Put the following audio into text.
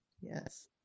Yes